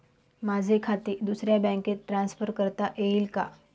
माझे खाते दुसऱ्या बँकेत ट्रान्सफर करता येईल का?